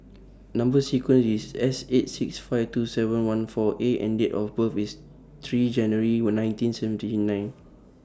Number sequence IS S eight six five two seven one four A and Date of birth IS three January nineteen seventy nine